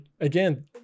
again